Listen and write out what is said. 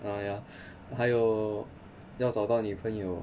ah ya 还有要找到女朋友